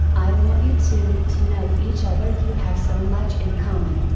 i want you two to know each other you have so much in common,